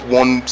one